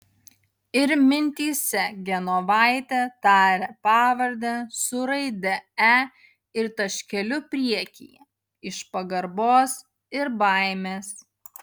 ir mintyse genovaitė taria pavardę su raide e ir taškeliu priekyje iš pagarbos ir baimės